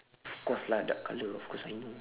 of course lah dark colour of course I know